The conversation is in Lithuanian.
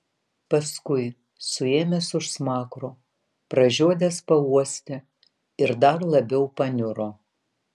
paskui suėmęs už smakro pražiodęs pauostė ir dar labiau paniuro